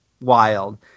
wild